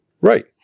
Right